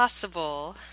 possible